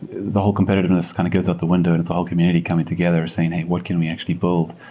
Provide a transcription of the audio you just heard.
the whole competitiveness kind of goes out the window and it's all community coming together and saying, hey, what can we actually build?